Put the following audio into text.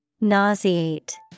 Nauseate